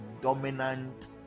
dominant